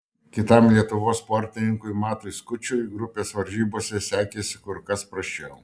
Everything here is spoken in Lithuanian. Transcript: kitam lietuvos sportininkui matui skučui grupės varžybose sekėsi kur kas prasčiau